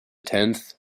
tenth